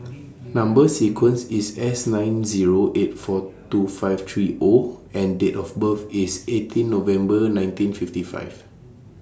Number sequence IS S nine Zero eight four two five three O and Date of birth IS eighteen November nineteen fifty five